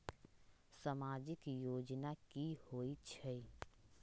समाजिक योजना की होई छई?